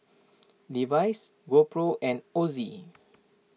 Levi's GoPro and Ozi